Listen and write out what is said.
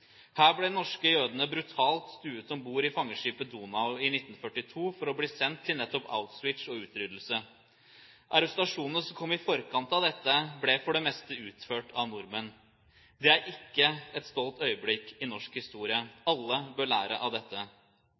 Her ble de norske jødene brutalt stuet om bord i fangeskipet «Donau» i 1942 for å bli sendt til nettopp Auschwitz og utryddelse. Arrestasjonene som kom i forkant av dette, ble for det meste utført av nordmenn. Det er ikke et stolt øyeblikk i norsk historie. Alle bør lære av dette.